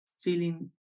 feeling